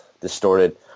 distorted